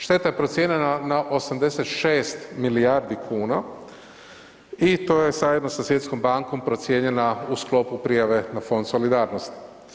Šteta je procijenjena na 86 milijardi kuna i to je zajedno sa Svjetskom bankom procijenjena u sklopu prijave na Fond solidarnosti.